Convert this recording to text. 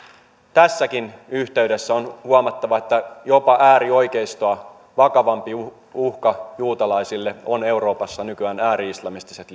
tässäkin yhteydessä on huomattava että jopa äärioikeistoa vakavampi uhka uhka juutalaisille on euroopassa nykyään ääri islamistiset